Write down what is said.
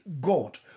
God